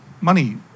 money